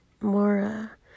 more